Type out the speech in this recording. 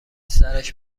سرش